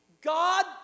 God